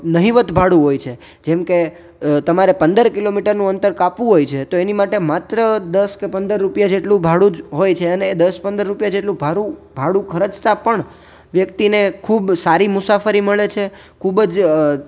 નહિવત ભાડું હોય છે જેમ કે તમારે પંદર કિલોમીટરનું અંતર કાપવું હોય છે તો એની માટે માત્ર દશ કે પંદર રૂપિયા જેટલું ભાડું જ હોય છે અને એ દશ પંદર રૂપિયા જેટલું ભાડું ભાડું જ ખર્ચતા પણ વ્યક્તિને ખૂબ સારી મુસાફરી મળે છે ખૂબ જ